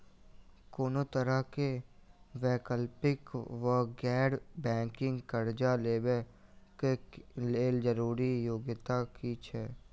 कोनो तरह कऽ वैकल्पिक वा गैर बैंकिंग कर्जा लेबऽ कऽ लेल जरूरी योग्यता की छई?